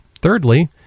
thirdly